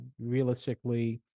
realistically